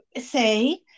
say